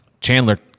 Chandler